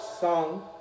song